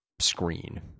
screen